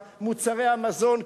מוצרי המזון,